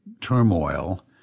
turmoil